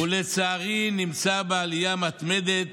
ולצערי, הוא נמצא בעלייה מתמדת,